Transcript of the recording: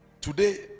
today